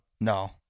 No